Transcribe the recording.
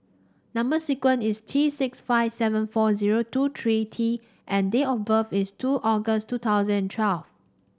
number sequence is T six five seven four zero two three T and date of birth is two August two thousand and twelve